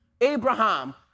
Abraham